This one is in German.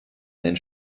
einen